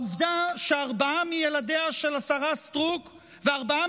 העובדה שארבעה מילדיה של השרה סטרוק וארבעה